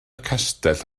castell